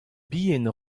bihan